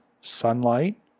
sunlight